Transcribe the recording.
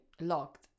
Locked